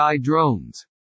drones